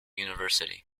university